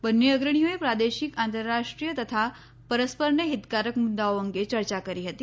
બંને અગ્રણીઓએ પ્રાદેશિક આંતરરાષ્ટ્રીય તથા પરસ્પરને હિતકારક મુદ્દાઓ અંગે ચર્ચા કરી હતી